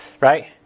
Right